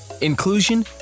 inclusion